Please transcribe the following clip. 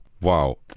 Wow